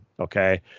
Okay